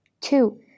Two